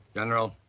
general,